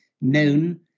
known